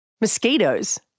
Mosquitoes